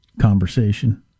conversation